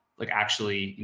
like actually, you